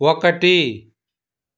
ఒకటి